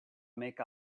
make